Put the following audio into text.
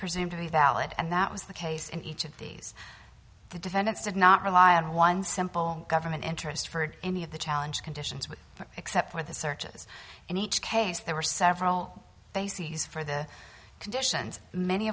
presumed to be valid and that was the case in each of these the defendants did not rely on one simple government interest for any of the challenge conditions which except for the searches in each case there were several bases for the conditions many